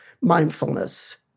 mindfulness